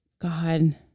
God